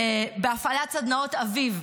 בהפעלת סדנאות אביב,